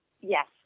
Yes